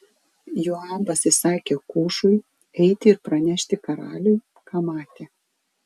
joabas įsakė kušui eiti ir pranešti karaliui ką matė